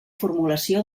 formulació